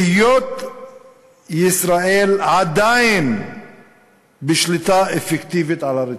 בהיות ישראל עדיין בשליטה אפקטיבית על הרצועה.